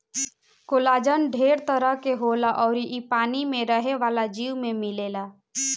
collagen ढेर तरह के होला अउर इ पानी में रहे वाला जीव में मिलेला